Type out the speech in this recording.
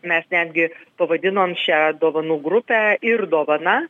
mes netgi pavadinom šią dovanų grupę ir dovana